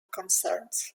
concerns